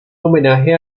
homenaje